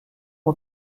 ont